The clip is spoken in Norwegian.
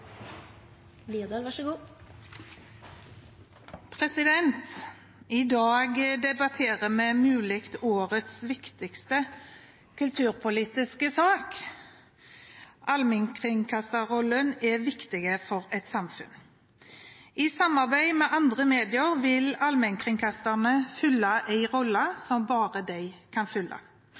viktig for et samfunn. I samarbeid med andre medier vil allmennkringkasterne fylle en rolle som bare de kan fylle